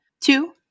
Two